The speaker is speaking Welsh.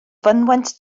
fynwent